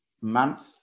month